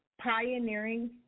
pioneering